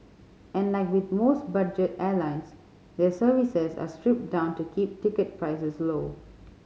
and like with most budget airlines their services are stripped down to keep ticket prices low